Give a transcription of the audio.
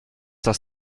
das